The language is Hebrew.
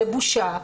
זו בושה.